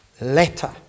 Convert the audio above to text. letter